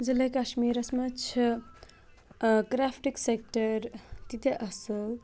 ضِلَے کَشمیٖرَس منٛز چھِ کرٛافٹٕکۍ سٮ۪کٹَر تیٖتیٛاہ اَصٕل